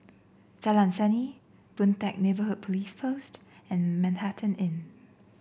Jalan Seni Boon Teck Neighbourhood Police Post and Manhattan Inn